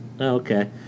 Okay